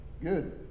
good